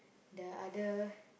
the other